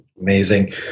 Amazing